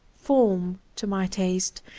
form, to my taste,